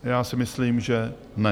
Já si myslím, že ne.